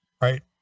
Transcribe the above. Right